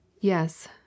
Yes